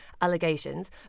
allegations